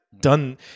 done –